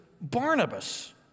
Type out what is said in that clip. Barnabas